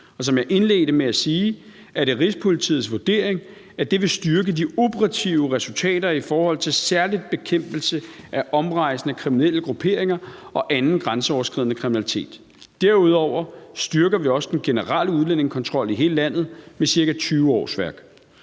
Og som jeg indledte med at sige, er det Rigspolitiets vurdering, at det vil styrke de operative resultater i forhold til særlig bekæmpelse af omrejsende kriminelle grupperinger og anden grænseoverskridende kriminalitet. Derudover styrker vi også den generelle udlændingekontrol i hele landet med ca. 20 årsværk.